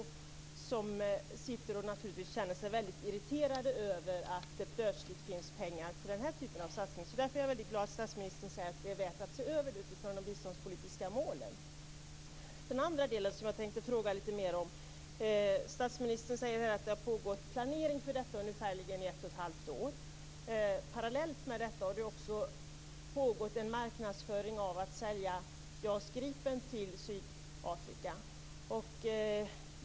Dessa organisationer känner sig naturligtvis väldigt irriterade över att det plötsligt finns pengar för den är typen av satsning. Därför blir jag väldigt glad när statsministern säger att detta är värt att se över utifrån de biståndspolitiska målen. Statsministern sade att det hade pågått planering i ungefär ett och ett halvt år. Parallellt har det också pågått en marknadsföring för att sälja JAS Gripen till Sydafrika.